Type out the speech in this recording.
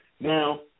Now